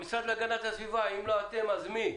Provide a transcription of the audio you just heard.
המשרד להגנת הסביבה, אם לא אתם אז מי?